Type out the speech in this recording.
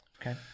Okay